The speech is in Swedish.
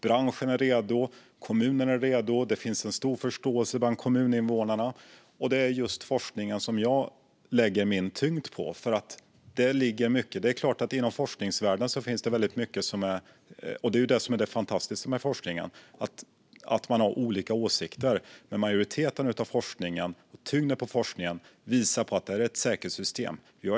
Branschen är redo, kommunen är redo och det finns en stor förståelse bland kommuninvånarna. Och det är just forskningen som jag lägger tyngden på. Det som är det fantastiska med forskningen är att man har olika åsikter. Men tyngden på forskningen visar på att detta är ett säkert system.